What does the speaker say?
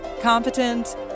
competent